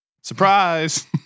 Surprise